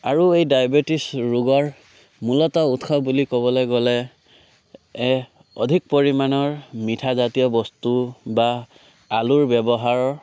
আৰু এই ডায়বেটিছ ৰোগৰ মূলত উৎস বুলি ক'বলৈ গ'লে অধিক পৰিমাণৰ মিঠাজাতীয় বস্তু বা আলুৰ ব্যৱহাৰৰ